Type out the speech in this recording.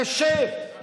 תשב.